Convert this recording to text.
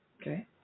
Okay